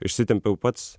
išsitempiau pats